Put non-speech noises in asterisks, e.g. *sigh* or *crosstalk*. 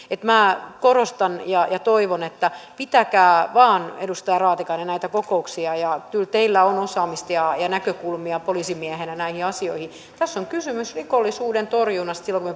minä korostan ja ja toivon että pitäkää vain edustaja raatikainen näitä kokouksia ja kyllä teillä on osaamista ja ja näkökulmia poliisimiehenä näihin asioihin tässä on kysymys rikollisuuden torjunnasta silloin kun me *unintelligible*